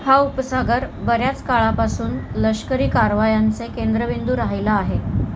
हा उपसागर बऱ्याच काळापासून लष्करी कारवायांचे केंद्रबिंदू राहिला आहे